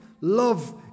love